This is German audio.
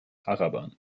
arabern